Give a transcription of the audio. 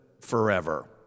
forever